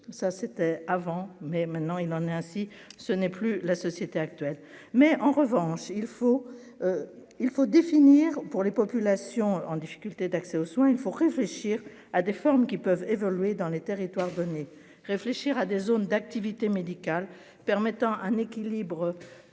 ça c'était avant, mais maintenant, il en est ainsi, ce n'est plus la société actuelle, mais en revanche il faut il faut définir pour les populations en difficulté d'accès aux soins, il faut réfléchir à des formes qui peuvent évoluer dans les territoires donnés réfléchir à des zones d'activités médicales permettant un équilibre